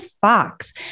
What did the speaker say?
Fox